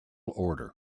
order